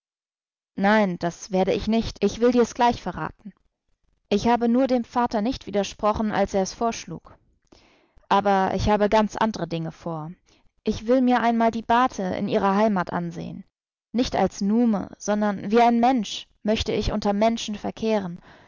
nein das werde ich nicht ich will dir's gleich verraten ich habe nur dem vater nicht widersprochen als er es vorschlug aber ich habe ganz andre dinge vor ich will mir einmal die bate in ihrer heimat ansehen nicht als nume sondern wie ein mensch möchte ich unter menschen verkehren